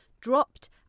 dropped